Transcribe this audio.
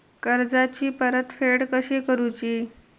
कर्जाची परतफेड कशी करुची?